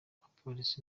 abapolisi